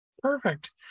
Perfect